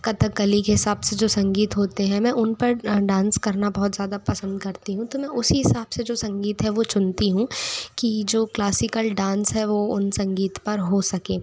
कथकली के हिसाब से जो संगीत होते हैं मैं उन पर डांस करना बहुत ज़्यादा पसंद करती हूँ तो मैं उसी हिसाब से जो संगीत है वो चुनती हूँ कि जो क्लासिकल डांस है वो उन संगीत पर हो सके